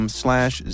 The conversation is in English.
slash